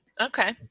Okay